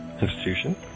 institution